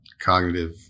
cognitive